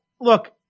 look